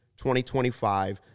2025